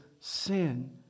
sin